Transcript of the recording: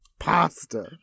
pasta